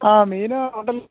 ആ മീൻ ഉണ്ടല്ലൊ